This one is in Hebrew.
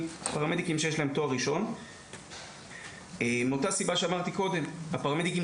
שיש להם תואר ראשון מאותה סיבה שאמרתי קודם: הפרמדיקים